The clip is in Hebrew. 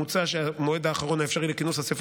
מוצע שהמועד האחרון האפשרי לכינוס אספה